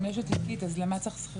אם יש את ליקית, אז למה צריך שכירות?